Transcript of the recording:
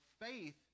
faith